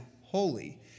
holy